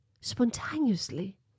spontaneously